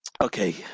Okay